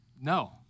No